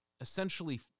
essentially